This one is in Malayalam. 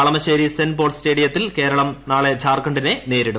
കളമശ്ശേരി സെന്റ് പോൾസ് സ്റ്റേഡിയത്തിൽ കേരളം നാർളിജാർഖണ്ഡിനെ നേരിടും